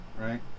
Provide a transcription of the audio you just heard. right